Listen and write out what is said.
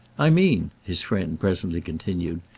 i mean, his friend presently continued,